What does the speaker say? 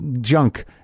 junk